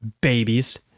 Babies